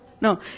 No